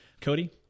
Cody